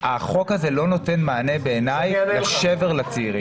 החוק הזה לא נותן מענה בעיניי לשבר של הצעירים.